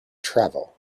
travel